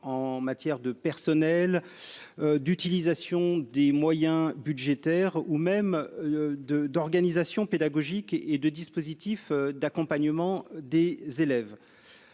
en matière de personnel, d'utilisation des moyens budgétaires ou même d'organisation pédagogique, ainsi que dans les dispositifs d'accompagnement des élèves.